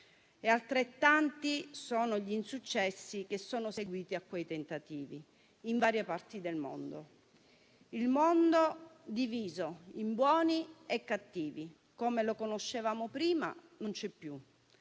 e altrettanti sono gli insuccessi che sono seguiti a quei tentativi, in varie parti del mondo. Il mondo diviso in buoni e cattivi, come lo conoscevamo prima, non c'è più